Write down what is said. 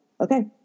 okay